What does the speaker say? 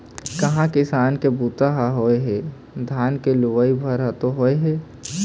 कहाँ किसानी के बूता ह होए हे, धान के लुवई भर तो होय हे